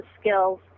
skills